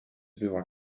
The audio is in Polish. była